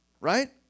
Right